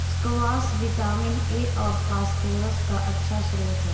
squash vitamin A और phosphorus का अच्छा श्रोत है